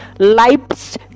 Life's